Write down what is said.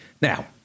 Now